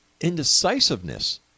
indecisiveness